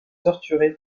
torturée